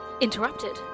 Interrupted